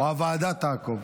או שהוועדה תעקוב.